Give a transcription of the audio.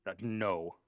No